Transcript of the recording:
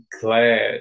glad